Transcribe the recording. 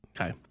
Okay